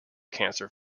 cancer